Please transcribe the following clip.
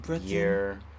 year